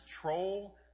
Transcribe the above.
troll